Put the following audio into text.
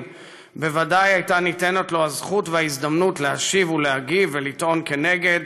בוודאי היו ניתנות לו הזכות וההזדמנות להשיב ולהגיב ולטעון כנגד.